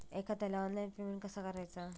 एखाद्याला online payment कसा करायचा?